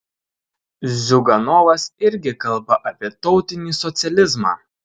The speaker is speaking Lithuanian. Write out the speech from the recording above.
ziuganovas irgi kalba apie tautinį socializmą